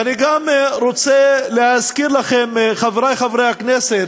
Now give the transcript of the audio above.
ואני גם רוצה להזכיר לכם, חברי חברי הכנסת,